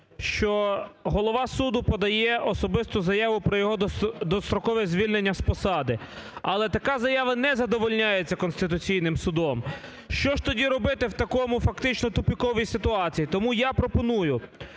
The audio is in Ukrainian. що голова суду подає особисту заяву про його дострокове звільнення з посади, але така заява не задовольняється Конституційним Судом, що ж тоді робити в такому.... фактично тупиковій ситуації? Тому я пропоную,